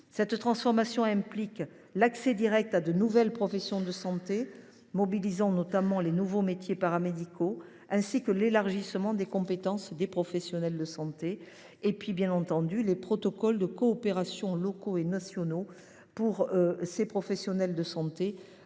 Cette transformation implique l’accès direct à de nouvelles professions de santé, mobilisant notamment les nouveaux métiers paramédicaux, ainsi que l’élargissement des compétences des professionnels de santé. Les protocoles de coopération, locaux et nationaux, bien qu’ils soient